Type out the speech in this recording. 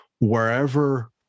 wherever